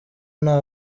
nta